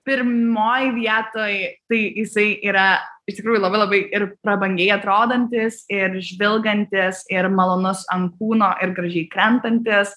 pirmoj vietoj tai jisai yra iš tikrųjų labai labai ir prabangiai atrodantis ir žvilgantis ir malonus ant kūno ir gražiai krentantis